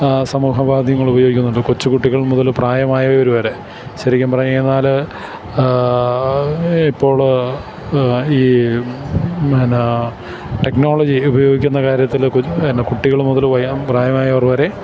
സമൂഹമാധ്യമങ്ങൾ ഉപയോഗിക്കുന്നുണ്ട് കൊച്ചു കുട്ടികൾ മുതല് പ്രായമായവര് വരെ ശരിക്കും പറഞ്ഞെന്നാല് ആ ഇപ്പോള് ഈ എന്നാ ടെക്നോളജി ഉപയോഗിക്കുന്ന കാര്യത്തില് പിന്നെ കുട്ടികള് മുതല് പ്രായമായവര് വരെ